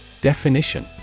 Definition